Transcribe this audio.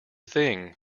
thing